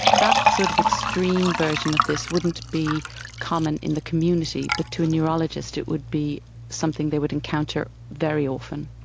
that sort of extreme version of this wouldn't be common in the community, but to a neurologist it would be something they would encounter very often.